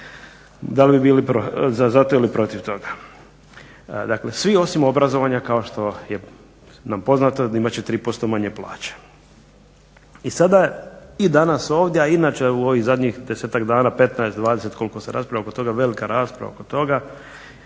Da li bili za to ili protiv toga. Dakle svi osim obrazovanja kao što nam je poznato imat će tri posto manje plaće i sada i danas ovdje a inače u ovim zadnjih desetak dana, 15, 20 koliko se raspravlja oko toga, velika rasprava oko toga